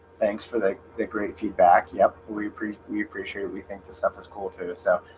thanks for the the great feedback, yeah, we appreciate we appreciate it we think this stuff is cool too so